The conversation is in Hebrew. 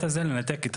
הוא לא יכול להגיד את